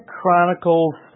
Chronicles